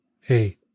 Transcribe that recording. hey